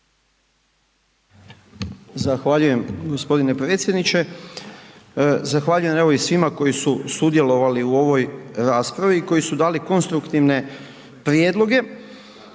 Zahvaljujem gospodine predsjedniče. Zahvaljujem evo i svima koji su sudjelovali u ovoj raspravi i koji su dali konstruktivne prijedloge,